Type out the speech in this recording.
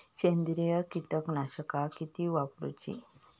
सेंद्रिय कीटकनाशका किती वापरूची?